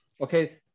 okay